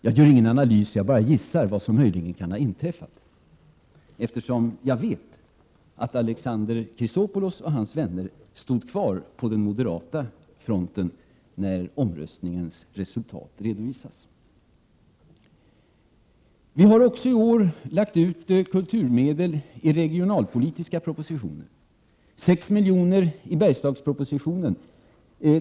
Jag gör ingen analys, jag bara gissar vad som möjligen kan ha inträffat, eftersom jag vet att Alexander Chrisopoulos och hans vänner stod kvar på den moderata fronten vid omröstningen. Vi har även i år fördelat kulturmedel i regionalpolitiska propositioner, bl.a. 6 miljoner i Bergslagspropositionen.